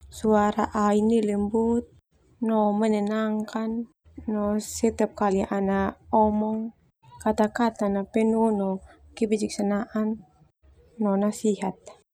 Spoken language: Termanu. Suara ai nia lembut no menenangkan, no setiap kali ana omong kata kata na penuh no kebijaksanaan no nasihat.